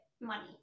money